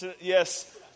Yes